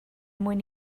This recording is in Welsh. mwyn